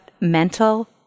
mental